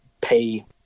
pay